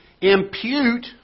impute